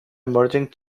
emerging